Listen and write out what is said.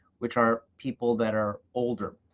which are people that are older.